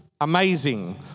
amazing